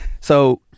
So-